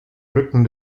rücken